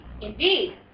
Indeed